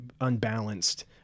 unbalanced